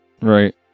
Right